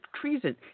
treason